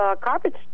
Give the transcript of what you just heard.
carpet